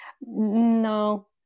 No